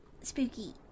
spooky